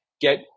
get